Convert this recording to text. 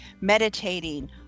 meditating